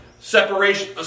separation